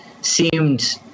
seemed